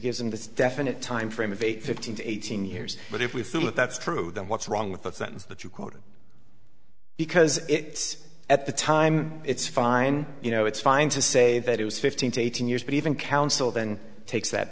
gives in this definite time frame of eight fifteen to eighteen years but if we feel that that's true then what's wrong with that sentence that you quoted because it's at the time it's fine you know it's fine to say that it was fifteen to eighteen years but even counsel then takes that